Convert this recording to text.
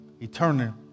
Eternal